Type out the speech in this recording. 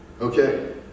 Okay